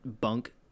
bunk